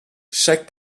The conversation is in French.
chaque